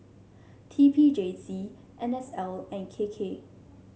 T P J C N S L and K K